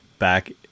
back